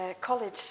college